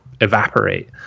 evaporate